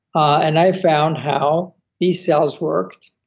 and i found how t cells worked,